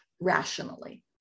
rationally